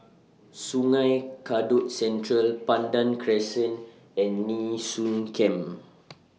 Sungei Kadut Central Pandan Crescent and Nee Soon Camp